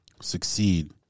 succeed